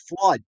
flood